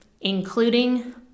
including